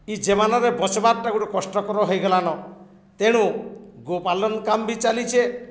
ଇ ଯେମାନରେ ବସବାରଟା ଗୋଟେ କଷ୍ଟକର ହେଇଗଲାନ ତେଣୁ ଗୋପାଲନ କାମ ବି ଚାଲିଚେ